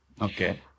Okay